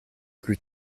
plus